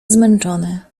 zmęczony